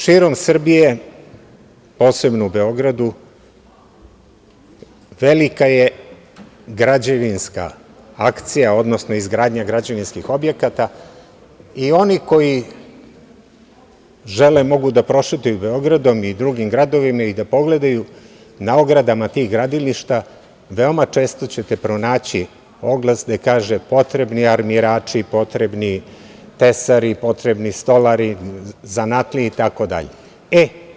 Širom Srbije, posebno u Beogradu, velika je građevinska akcija, odnosno izgradnja građevinskih objekata i oni koji žele mogu da prošetaju Beogradom i drugim gradovima i da pogledaju na ogradama tih gradilišta, veoma često ćete pronaći oglas gde kaže – potrebni armirači, potrebni tesari, potrebni stolari, zanatlije i tako dalje.